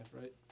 right